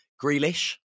Grealish